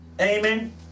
Amen